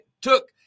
took